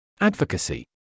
Advocacy